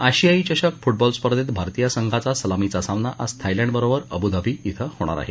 आशियाई चषक फुटबॉल स्पर्धेत भारतीय संघाचा सलामीचा सामना आज थायलंड बरोबर अबूधाबी ॐ होणार आहे